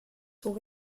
sont